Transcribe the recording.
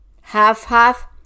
half-half